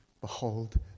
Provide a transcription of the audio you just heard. Behold